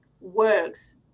works